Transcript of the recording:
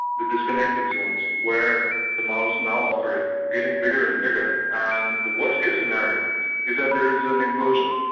the disconnected zones where the maoists now operate, getting bigger and bigger, and the worst case scenario is that there is an implosion.